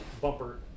bumper